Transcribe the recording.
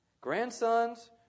Grandsons